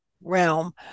realm